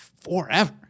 forever